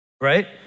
Right